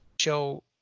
show